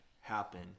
happen